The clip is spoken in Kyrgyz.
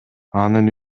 анын